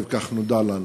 18:00, כך נודע לנו,